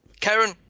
Karen